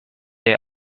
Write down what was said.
they